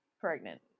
pregnant